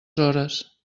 hores